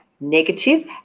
negative